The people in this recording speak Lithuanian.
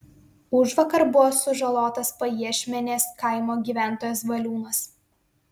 užvakar buvo sužalotas pajiešmenės kaimo gyventojas valiūnas